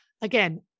Again